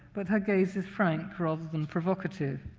but her gaze is frank rather than provocative.